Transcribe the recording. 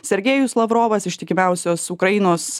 sergejus lavrovas ištikimiausios ukrainos